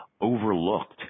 overlooked